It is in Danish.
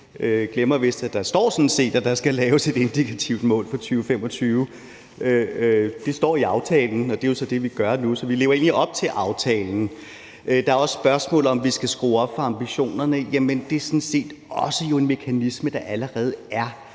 glemmer vist, at der sådan set står, at der skal laves et indikativt mål for 2025. Det står i aftalen, og det er jo så det, vi gør nu. Så vi lever egentlig op til aftalen. Der er også spørgsmålet, om vi skal skrue op for ambitionerne. Jamen det er sådan set også en mekanisme, der allerede er